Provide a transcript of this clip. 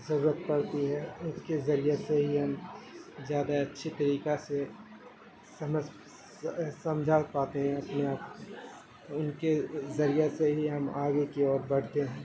ضرورت پڑتی ہے اس کے ذریعے سے ہی ہم زیادہ اچھی طریقہ سے سمجھ سمجھا پاتے ہیں اپنے آپ کو ان کے ذریعے سے ہی ہم آگے کی اور بڑھتے ہیں